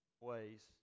ways